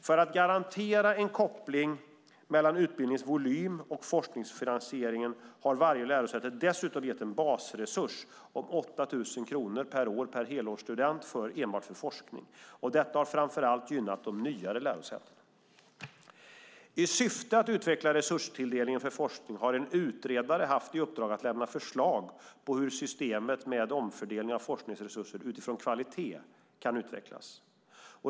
För att garantera en koppling mellan utbildningens volym och forskningsfinansieringen har varje lärosäte dessutom getts en basresurs om 8 000 kronor per år och helårstudent enbart för forskning. Detta har framför allt gynnat de nyare lärosätena. I syfte att utveckla resurstilldelningen för forskning har en utredare haft i uppdrag att lämna förslag på hur systemet med omfördelning av forskningsresurser utifrån kvalitet kan utvecklas.